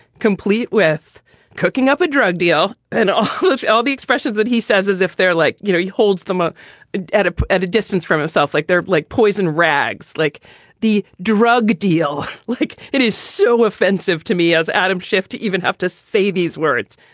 complete with cooking up a drug deal and a huge elby expresses that, he says, as if they're like, you know, he holds them ah up at a distance from himself, like they're like poison rags, like the drug deal. like, it is so offensive to me as adam schiff to even have to say these words.